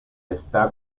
está